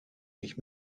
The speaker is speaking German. nicht